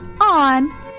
on